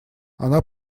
она